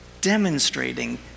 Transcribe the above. demonstrating